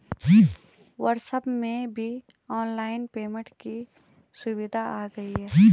WhatsApp में भी online payment की सुविधा आ गई है